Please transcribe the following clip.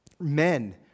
Men